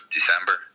December